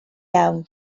iawn